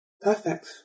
perfect